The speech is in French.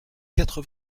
quatre